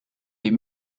les